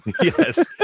Yes